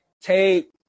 take